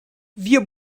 wir